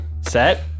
set